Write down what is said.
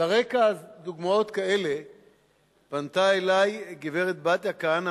על רקע דוגמאות כאלה פנתה אלי גברת בתיה כהנא,